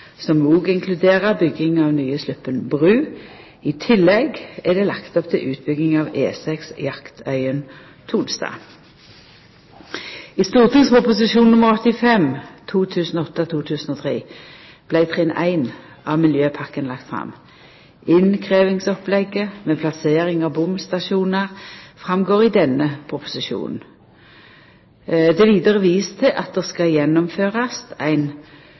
som òg inkluderer bygging av ny Sluppen bru. I tillegg er det lagt opp til utbygging av E6 Jaktøyen–Tonstad. I St.prp. nr. 85 for 2008–2009 vart trinn 1 av miljøpakken lagt fram. Innkrevjingsopplegget, med plassering av bomstasjonar, går fram av denne proposisjonen. Det er vidare vist til at det skal gjennomførast